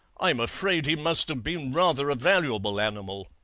i'm afraid he must have been rather a valuable animal